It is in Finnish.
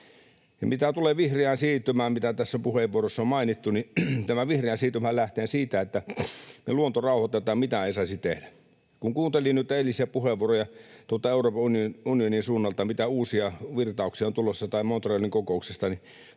Mitä tulee vihreään siirtymään, mikä tässä puheenvuoroissa on mainittu, niin tämä vihreä siirtymä lähtee siitä, että me rauhoitetaan luonto ja mitään ei saisi tehdä. Kun kuuntelin nyt eilisiä puheenvuoroja Euroopan unionin suunnalta, mitä uusia virtauksia on tulossa, tai Montrealin kokouksesta,